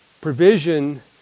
Provision